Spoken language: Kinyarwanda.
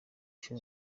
cyo